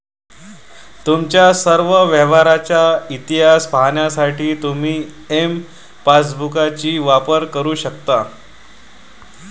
तुमच्या सर्व व्यवहारांचा इतिहास पाहण्यासाठी तुम्ही एम पासबुकचाही वापर करू शकता